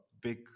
big